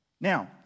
Now